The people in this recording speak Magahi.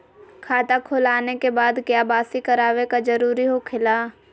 खाता खोल आने के बाद क्या बासी करावे का जरूरी हो खेला?